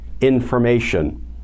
information